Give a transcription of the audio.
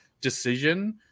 decision